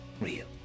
real